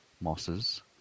mosses